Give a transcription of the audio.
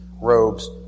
robes